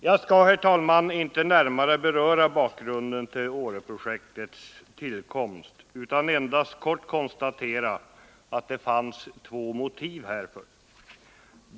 Jag skall, herr talman, inte närmare beröra bakgrunden till Åreprojektets tillkomst utan endast kort konstatera att det fanns två motiv härför.